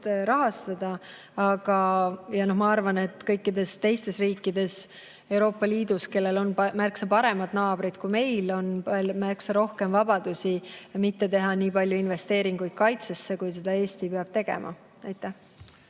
rahastada. Arvan, et kõikides teistes Euroopa Liidu riikides, kellel on märksa paremad naabrid kui meil, ongi palju rohkem vabadust mitte teha nii palju investeeringuid kaitsesse, kui Eesti peab tegema. Aitäh!